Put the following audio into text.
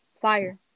Fire